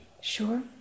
Sure